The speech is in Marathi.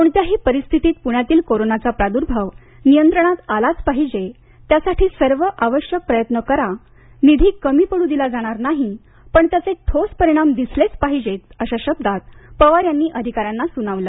कोणत्याही परिस्थितीत पुण्यातील कोरोनाचा प्रादुर्भाव नियंत्रणात आलाच पाहिजे त्यासाठी सर्व आवश्यक प्रयत्न करा निधी कमी पडू दिला जाणार नाही पण त्याचे ठोस परिणाम दिसलेच पाहिजेत अशा शब्दात पवार यांनी अधिकाऱ्यांना सुनावलं